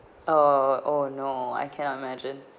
oh oh no I cannot imagine